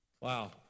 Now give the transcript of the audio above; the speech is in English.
wow